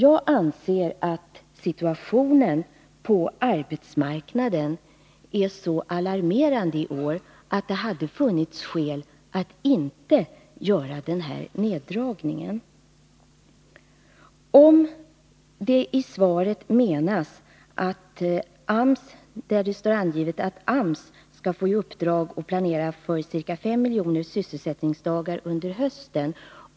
Jag anser att situationen på arbetsmarknaden är så alarmerande i år, att det hade funnits skäl att inte göra den här neddragningen. I svaret anges att AMS skall få i uppdrag att planera för ca 5 miljoner sysselsättningsdagar under hösten.